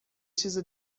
چیز